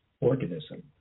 organism